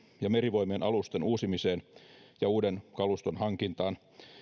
ja merivoimien alusten uusimiseen ja uuden kaluston hankintaan